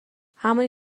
همونی